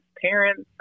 parents